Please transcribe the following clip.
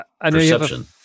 perception